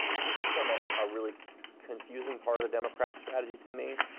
this has been a ah really confusing part of the democrat strategy to me.